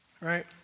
Right